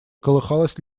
колыхалась